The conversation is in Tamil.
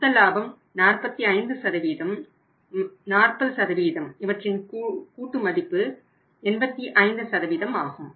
மொத்த லாபம் 45 40 85 ஆகும்